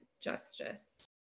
justice